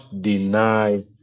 deny